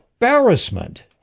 embarrassment